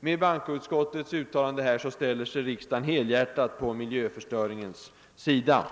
med bankoutskottets utlåtande ställer sig riksdagen helhjärtat på miljöförstöringens sida.